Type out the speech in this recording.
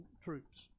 troops